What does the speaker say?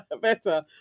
better